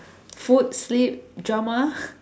food sleep drama